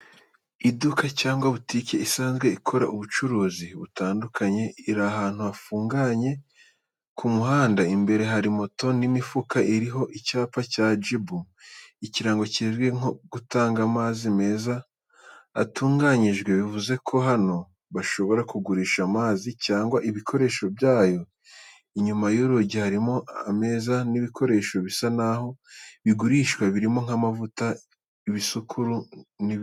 Iduka cyangwa butike isanzwe ikora ubucuruzi butandukanye, iri ahantu hafunganye ku muhanda, imbere hari moto n'imifuka. Ririho icyapa cya Jibu, ikirango kizwi mu gutanga amazi meza atunganyijwe. Bivuze ko hano bashobora kugurisha amazi cyangwa ibikoresho byayo. Inyuma y’urugi harimo ameza n’ibikoresho bisa naho bigurishwa. Birimo nk’amavuta, ibisukura n’ibindi.